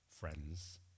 friends